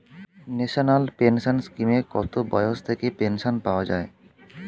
National pension স্কিমে কত বয়স থেকে পেনশন পাওয়া যায়?